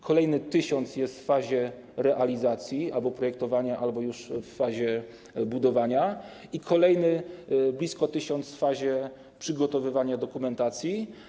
Kolejny 1 tys. jest w fazie realizacji - albo projektowania, albo już w fazie budowania, i kolejny blisko 1 tys. jest w fazie przygotowywania dokumentacji.